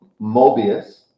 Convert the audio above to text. Mobius